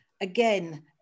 again